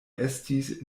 estis